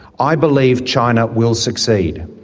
i believe china will succeed.